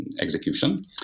execution